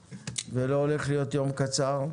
זה לא הולך להיות יום קצר.